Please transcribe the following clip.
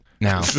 now